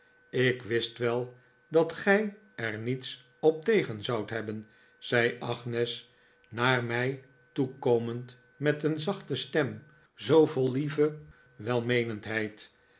ik wist wel dat gij er niets op tegen zoudt hebben zei agnes naar mij toekomend met een zachte stem zoo vol lieve welmeenendheid